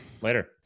later